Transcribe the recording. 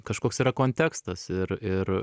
kažkoks yra kontekstas ir ir